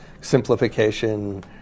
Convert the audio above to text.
Simplification